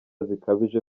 zikabije